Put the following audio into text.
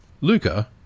Luca